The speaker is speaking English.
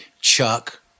Chuck